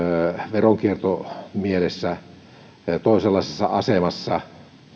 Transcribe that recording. veronkiertomielessä toisenlaisessa asemassa